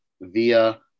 via –